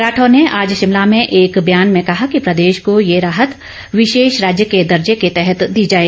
राठौर ने आज शिमला में एक बयान में कहा कि प्रदेश को ये राहत विशेष राज्य के दर्जे के तहत दी जाए